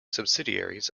subsidiaries